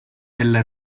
della